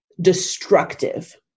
destructive